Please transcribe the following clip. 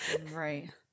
Right